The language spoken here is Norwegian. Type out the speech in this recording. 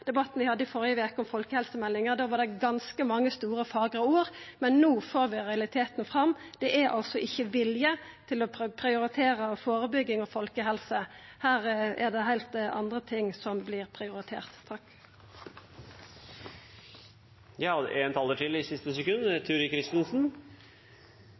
debatten igjen ut frå den debatten vi hadde førre veke om folkehelsemeldinga. Da var det ganske mange store, fagre ord, men no får vi realiteten fram. Det er altså ingen vilje til å prioritera førebygging av folkehelsa. Her er det heilt andre ting som vert prioritert.